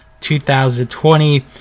2020